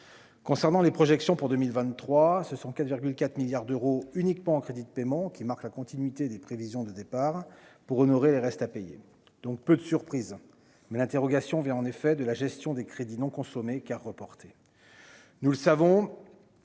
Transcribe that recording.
Concernant les projections pour 2023, ce sont 4,4 milliards d'euros uniquement en crédits de paiement qui marque la continuité des prévisions de départ pour honorer les restes à payer, donc peu de surprises mais l'interrogation vient en effet de la gestion des crédits non consommés qui reporté, nous le savons,